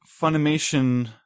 Funimation